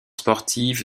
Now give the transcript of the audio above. sportive